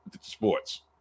sports